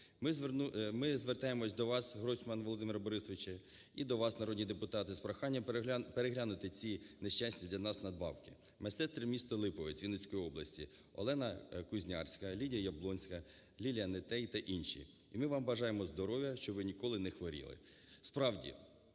Ми звертаємося до вас, Гройсман Володимире Борисовичу, і до вас, народні депутати, з проханням переглянути ці нещасні для нас надбавки. Медсестри міста Липове Вінницької області: Олена Кузнярська, Лідія Яблонська, Лілія Нетей та інші - і ми вам бажаємо здоров'я, щоб ви ніколи не хворіли. Справді,